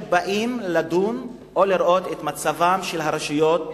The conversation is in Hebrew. באים לדון או לראות את מצבן של הרשויות הערביות.